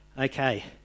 Okay